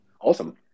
Awesome